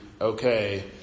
okay